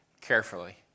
carefully